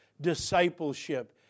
discipleship